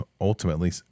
ultimately